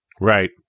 Right